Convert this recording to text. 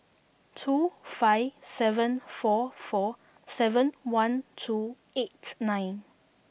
two five seven four four seven one two eight nine